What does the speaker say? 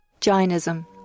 Jainism